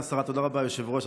תודה רבה, אדוני היושב-ראש.